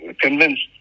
convinced